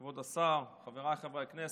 כבוד השר, חבריי חברי הכנסת,